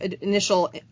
initial